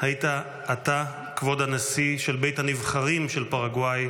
היית אתה, כבוד הנשיא של בית הנבחרים של פרגוואי,